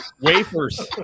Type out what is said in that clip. wafers